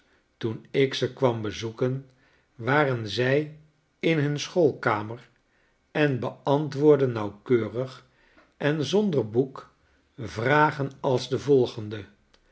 toen ik ze kwam bezoeken waren zij in hun schoolkamer en beantwoorddennauwkeurig enzonder boek vragen alsde volgende